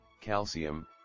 calcium